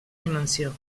dimensió